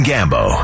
Gambo